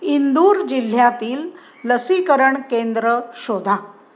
इंदूर जिल्ह्यातील लसीकरण केंद्र शोधा